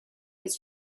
his